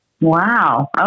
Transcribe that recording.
Wow